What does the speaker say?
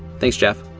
thanks, jeff